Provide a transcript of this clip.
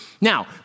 Now